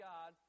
God